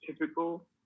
typical